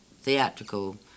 theatrical